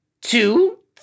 two